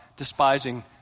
despising